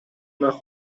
nach